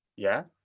yeah,